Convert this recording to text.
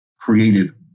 created